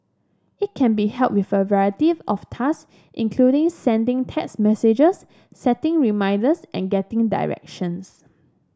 it can be help with a variety of task including sending text messages setting reminders and getting directions